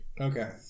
Okay